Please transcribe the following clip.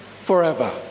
forever